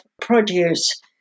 produce